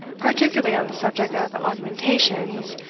particularly on the subject of augmentations,